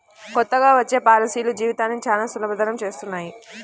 కొత్తగా వచ్చే పాలసీలు జీవితాన్ని చానా సులభతరం చేస్తున్నాయి